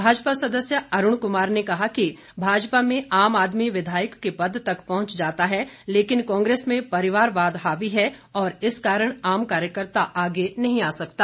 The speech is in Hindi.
भाजपा सदस्य अरूण कुमार ने कहा कि भाजपा में आम आदमी विधायक के पद तक पहुंच जाता है लेकिन कांग्रेस में परिवारवाद हावी है और इस कारण आम कार्यकर्ता आगे नहीं आ सकता